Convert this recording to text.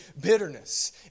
bitterness